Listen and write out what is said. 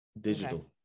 digital